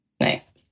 Nice